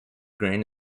grain